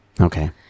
Okay